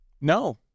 No